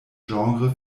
genre